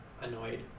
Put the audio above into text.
annoyed